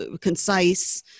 concise